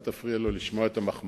אל תפריע לו לשמוע את המחמאות.